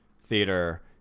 theater